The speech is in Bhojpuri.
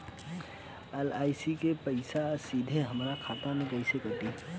एल.आई.सी के पईसा सीधे हमरा खाता से कइसे कटी?